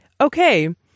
Okay